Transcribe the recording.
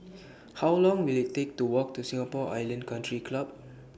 How Long Will IT Take to Walk to Singapore Island Country Club